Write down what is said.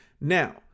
Now